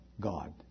God